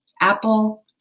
Apple